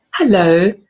Hello